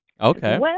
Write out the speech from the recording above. okay